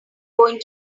going